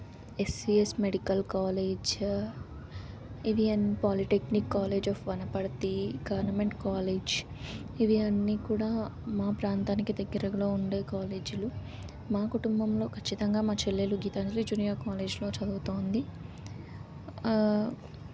SCS medical college ఇవియన్ polytechnic college of Wanaparthy government college ఇవి అన్నీ కూడా మా ప్రాంతానికి దగ్గరలో ఉండే కాలేజీలు మా కుటుంబంలో ఖచ్చితంగా మా చెల్లెలు గీతాంజలి జూనియర్ కాలేజ్లో చదువుతోంది